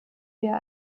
wir